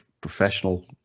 professional